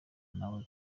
nawe